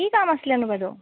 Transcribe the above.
কি কাম আছিলেনো বাইদেউ